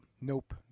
nope